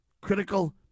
critical